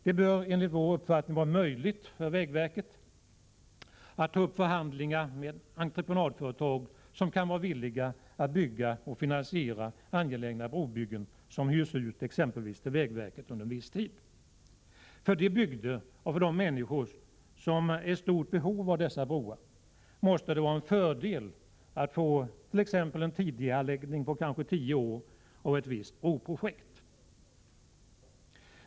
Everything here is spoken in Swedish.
Det bör enligt vår uppfattning vara möjligt för vägverket att ta upp förhandlingar med entreprenadföretag som kan vara villiga att bygga och finansiera angelägna brobyggen som hyrs ut exempelvis till vägverket under viss tid. För de bygder och människor som är i stort behov av dessa broar måste det vara en fördel att få en tidigareläggning på kanske tio år av ett visst broprojekt.